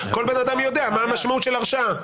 כל בן אדם יודע מה המשמעות של הרשעה.